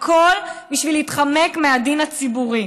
הכול בשביל להתחמק מהדין הציבורי.